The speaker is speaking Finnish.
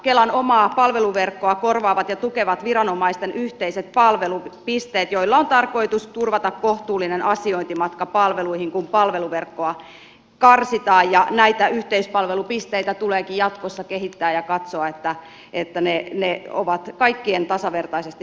kelan omaa palveluverkkoa korvaavat ja tukevat viranomaisten yhteiset palvelupisteet joilla on tarkoitus turvata kohtuullinen asiointimatka palveluihin kun palveluverkkoa karsitaan ja näitä yhteispalvelupisteitä tuleekin jatkossa kehittää ja katsoa että ne ovat kaikkien tasavertaisesti saavutettavissa